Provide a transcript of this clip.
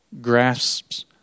grasps